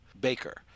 baker